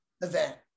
event